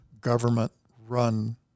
government-run